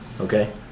Okay